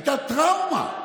הייתה טראומה.